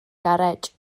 garej